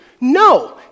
No